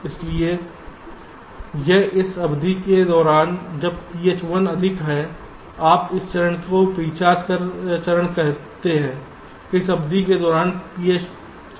इसलिए यह इस अवधि के दौरान है जब phi 1 अधिक है आप इस चरण को प्रीचार्ज चरण कहते हैं इस अवधि के दौरान phi 2 0 है